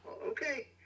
okay